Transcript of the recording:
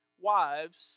Wives